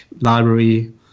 library